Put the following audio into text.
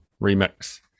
remix